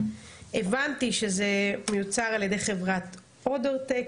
הבנתי שזה מיוצר על ידי חברת אודוטק,